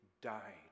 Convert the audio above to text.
died